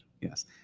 Yes